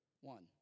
one